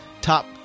top